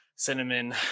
Cinnamon